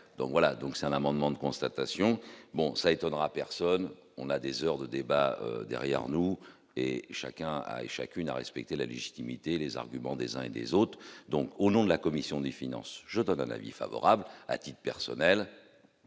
donc voilà, donc c'est un amendement de constatation, bon ça étonnera personne, on a des heures de débat derrière nous et chacun a et chacune à respecter la légitimité les arguments des uns et des autres, donc au nom de la commission des finances, je donne un avis favorable a-t-il personnel,